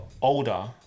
older